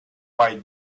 white